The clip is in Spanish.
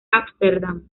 ámsterdam